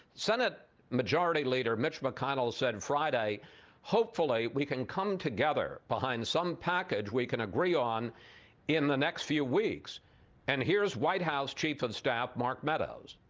senate majority leader mitch mcconnell said friday hopefully we can come together behind some package we can agree on in the next few weeks and here's white house chief of staff mark meadows.